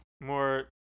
more